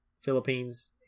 philippines